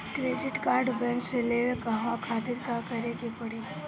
Credit card bank से लेवे कहवा खातिर का करे के पड़ी?